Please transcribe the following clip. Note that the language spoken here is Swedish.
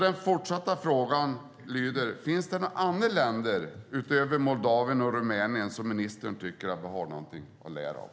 Den fortsatta frågan lyder: Finns det några andra länder, utöver Moldavien och Rumänien, som ministern tycker att vi har någonting att lära av?